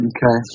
Okay